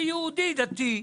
כיהודי דתי,